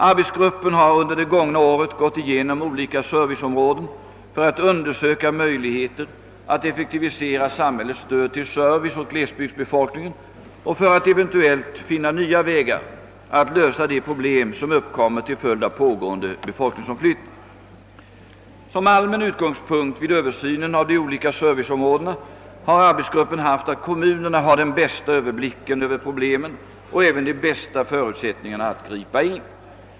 Arbetsgruppen har under det gångna året gått igenom olika serviceområden för att undersöka möjligheter att effektivisera samhällets stöd till service åt glesbygdsbefolkningen och för att eventuellt finna nya vägar att lösa de problem som uppkommer till följd av pågående befolkningsomflyttning. Som allmän utgångspunkt vid översynen av de olika serviceområdena har arbetsgruppen haft att kommunerna har den bästa överblicken över problemen och även de bästa förutsättningarna att kunna gripa in.